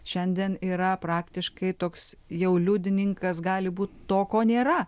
šiandien yra praktiškai toks jau liudininkas gali būt to ko nėra